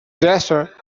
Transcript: desert